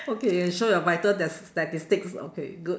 okay and show your vital stas~ statistics okay good